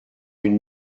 une